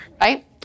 right